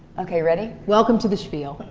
okay, ready? welcome to the spiel.